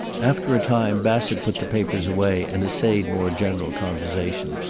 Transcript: after a time bassett put the papers away and essayed more general conversation,